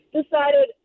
decided